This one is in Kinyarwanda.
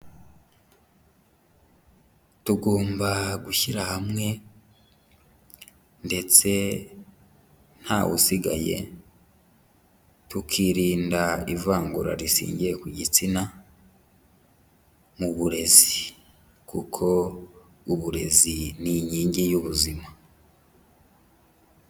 Tugomba gushyira hamwe ndetse nta wusigaye, tukirinda ivangura rishingiye ku gitsina, mu burezi kuko uburezi ni inkingi y'ubuzima.